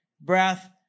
Breath